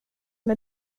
med